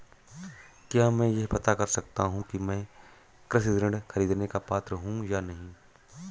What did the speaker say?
क्या मैं यह पता कर सकता हूँ कि मैं कृषि ऋण ख़रीदने का पात्र हूँ या नहीं?